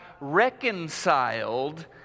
reconciled